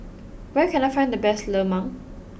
where can I find the best Lemang